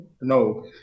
no